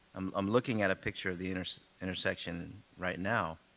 um i'm looking at a picture of the intersection right now,